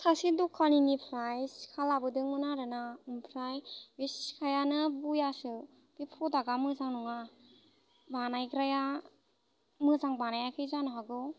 सासे दखानिनिफ्राय सिखा लाबोदोंमोन आरो ना ओमफ्राय बे सिखायानो बयासो बे प्रदाक्टआ मोजां नङा बानायग्राया मोजां बानायाखै जानो हागौ